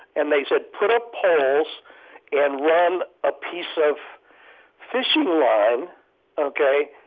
and they said, put up poles and run a piece of fishing line ok?